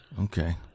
Okay